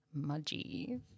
mudgy